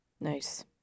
Nice